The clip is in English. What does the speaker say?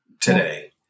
today